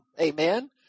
Amen